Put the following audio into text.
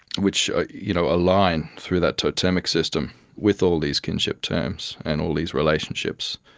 which ah you know align through that totemic system with all these kinship terms and all these relationships.